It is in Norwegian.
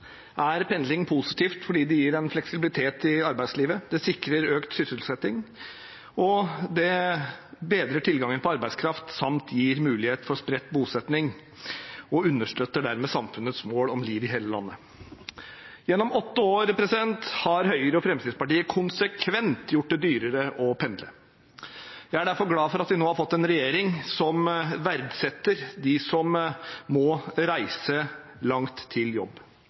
er pendling positivt fordi det gir en fleksibilitet i arbeidslivet, det sikrer økt sysselsetting, og det bedrer tilgangen på arbeidskraft samt at det gir mulighet for spredt bosetting – og understøtter dermed samfunnets mål om liv i hele landet. Gjennom åtte år har Høyre og Fremskrittspartiet konsekvent gjort det dyrere å pendle. Jeg er derfor glad for at vi nå har fått en regjering som verdsetter dem som må reise langt til jobb.